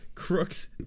Crooks